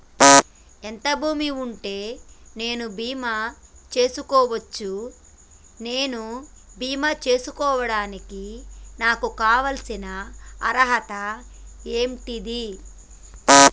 ఎంత భూమి ఉంటే నేను బీమా చేసుకోవచ్చు? నేను బీమా చేసుకోవడానికి నాకు కావాల్సిన అర్హత ఏంటిది?